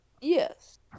Yes